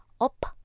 up